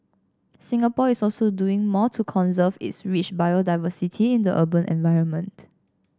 Singapore is also doing more to conserve its rich biodiversity in the urban environment